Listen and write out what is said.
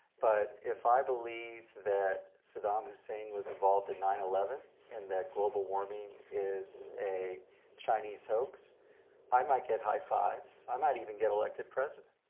but, if i believe that saddam hussein was involved in nine eleven, and that global warming is a chinese hoax i might get high fives. i might even get elected president.